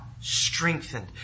strengthened